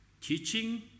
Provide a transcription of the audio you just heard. teaching